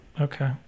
Okay